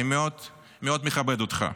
אני מאוד מאוד מכבד אותך,